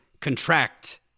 contract